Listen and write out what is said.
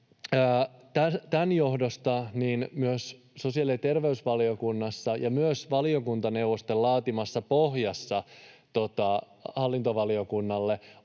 Tämän johdosta myös sosiaali- ja terveysvaliokunnassa ja myös valiokuntaneuvosten laatimassa pohjassa hallintovaliokunnalle